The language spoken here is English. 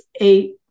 eight